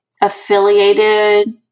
affiliated